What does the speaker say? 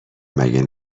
مگه